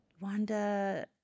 Wanda